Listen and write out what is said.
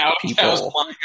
people